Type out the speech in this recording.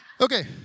Okay